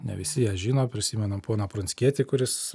ne visi ją žino prisimenam poną pranckietį kuris